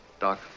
Doc